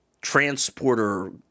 transporter